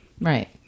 Right